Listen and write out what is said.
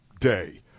day